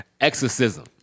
Exorcism